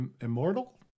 immortal